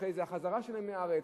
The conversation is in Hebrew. ואחרי זה החזרה שלהם מהארץ.